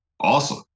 awesome